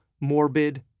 morbid